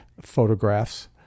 photographs